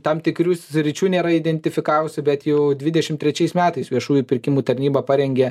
tam tikrių sričių nėra identifikavusi bet jau dvidešim trečiais metais viešųjų pirkimų tarnyba parengė